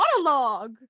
monologue